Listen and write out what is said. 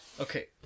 Okay